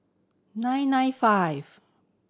nine nine five